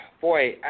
boy